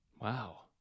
Wow